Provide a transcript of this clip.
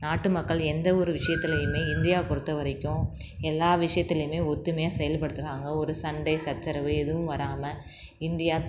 நாட்டு மக்கள் எந்த ஒரு விஷயத்திலையுமே இந்தியா பொருத்த வரைக்கும் எல்லா விஷயத்திலையுமே ஒற்றுமையா செயல்படுத்துறாங்க ஒரு சண்டை சச்சரவு எதுவும் வராமல் இந்தியா